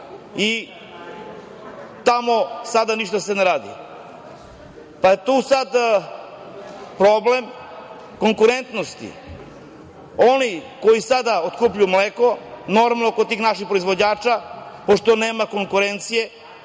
i tamo se sada ništa ne radi. Tu je sada problem konkurentnosti. Oni koji sada otkupljuju mleko kod tih naših proizvođača, pošto nema konkurencije,